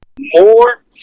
more